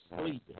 sleeping